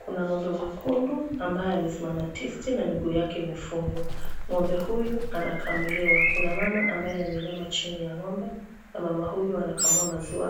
Kuna ng'ombe mwekundu ambae amesimama tisti na miguu yake imefungwa. Ng'ombe huyu anakamiliwa kuna mama ambaye ameinama chini ya ng'ombe